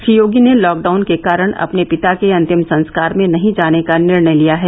श्री योगी ने लॉकडाउन के कारण अपने पिता के अन्तिम संस्कार में नही जाने का निर्णय लिया है